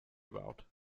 about